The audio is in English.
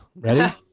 Ready